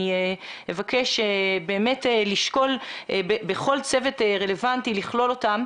אבקש באמת לשקול בכל צוות רלוונטי לכלול אותם.